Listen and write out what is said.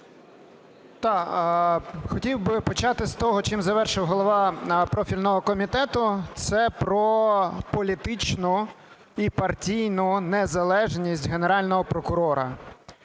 Я.Р. Хотів би почати з того, чим завершив голова профільного комітету. Це про політичну і партійну незалежність Генерального прокурора.